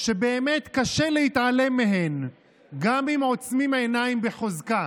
שבאמת קשה להתעלם מהן גם אם עוצמים עיניים בחוזקה.